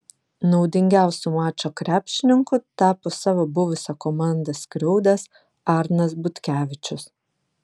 naudingiausiu mačo krepšininku tapo savo buvusią komandą skriaudęs arnas butkevičius